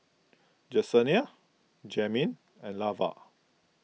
Jesenia Jamin and Lavar